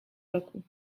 roku